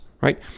right